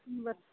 ಹ್ಞೂ ಬರ್